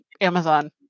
Amazon